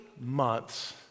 months